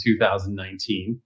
2019